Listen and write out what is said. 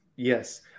Yes